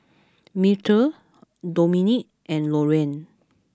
Myrtle Dominick and Loraine